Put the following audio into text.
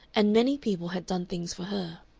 and many people had done things for her.